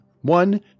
One